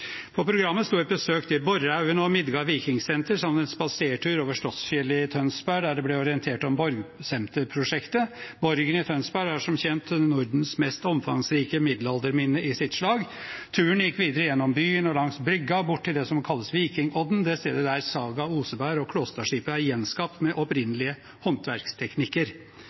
På programmet sto et besøk til Borrehaugene og Midgard vikingsenter sammen med en spasertur over Slottsfjellet i Tønsberg, der det ble orientert om borgsenterprosjektet. Borgen i Tønsberg er som kjent Nordens mest omfangsrike middelalderminne av sitt slag. Turen gikk videre gjennom byen og langs brygga, bort til det som kalles Vikingodden, det stedet der Saga Oseberg- og Klåstadskipet er gjenskapt med opprinnelige håndverksteknikker.